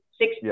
six